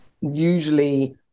usually